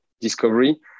discovery